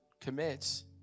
commits